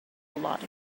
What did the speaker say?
lot